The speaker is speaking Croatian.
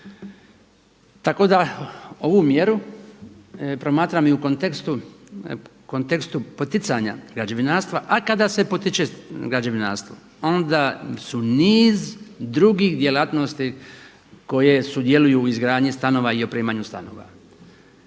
Tako da ovu mjeru promatram i u kontekstu poticanja građevinarstva, a kada se potiče građevinarstvo onda su niz drugih djelatnosti koje sudjeluju u izgradnji i opremanju stanova.